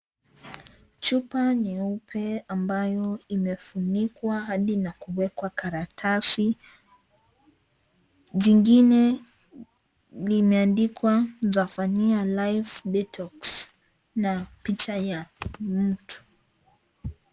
Chupa nyeupe ambayo imefunikwa hadi na kuwekwa karatasi. Jingine limeandikwa zaphania Life Detox na picha ya mtu.